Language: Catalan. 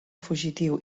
fugitiu